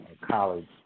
college